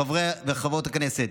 חברי וחברות הכנסת,